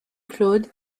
claude